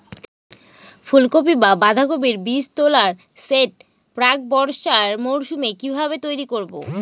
ফুলকপি বা বাঁধাকপির বীজতলার সেট প্রাক বর্ষার মৌসুমে কিভাবে তৈরি করব?